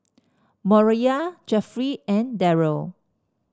Moriah Jeffrey and Deryl